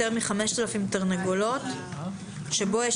"ולא יוחזקו בו יותר מ-5,000 תרנגולות שבו יש